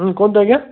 ହଁ କୁହନ୍ତୁ ଆଜ୍ଞା